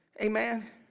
Amen